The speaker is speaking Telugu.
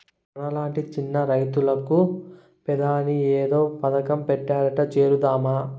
మనలాంటి చిన్న రైతులకు పెదాని ఏదో పథకం పెట్టారట చేరదామా